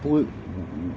不过